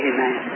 Amen